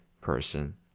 person